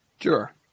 Sure